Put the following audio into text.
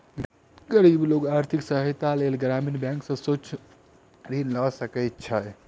गरीब लोक आर्थिक सहायताक लेल ग्रामीण बैंक सॅ सूक्ष्म ऋण लय सकै छै